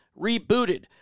rebooted